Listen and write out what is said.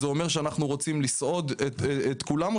אז זה אומר שאנחנו רוצים לסעוד את כולם,